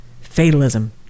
fatalism